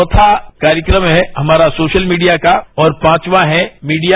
चौथा कार्यक्रम है हमारा सोशल मीडिया का और पांचवां है मीडिया